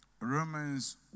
Romans